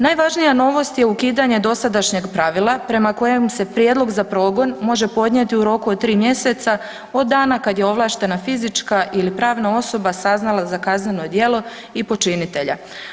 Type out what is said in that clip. Najvažnija novost je ukidanje dosadašnjeg pravila prema kojem se prijedlog za progon može podnijeti u roku od tri mjeseca od dana kada je ovlaštena fizička ili pravna osoba saznala za kazneno djelo i počinitelja.